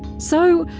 so,